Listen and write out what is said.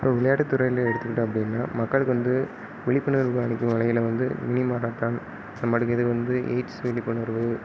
இப்போது விளையாட்டு துறைன்னு எடுத்துக்கிட்டோம் அப்படின்னா மக்களுக்கு வந்து விழிப்புணர்வு அளிக்கும் வகையில் வந்து மினி மாரத்தான் அந்த மாதிரி இதில் வந்து எயிட்ஸ் விழிப்புணர்வு